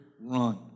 run